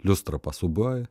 liustra pasiūbuoja